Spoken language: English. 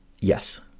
Yes